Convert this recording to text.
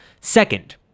second